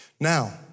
Now